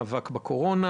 שהיא המאבק בקורונה.